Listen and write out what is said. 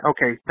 Okay